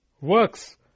Works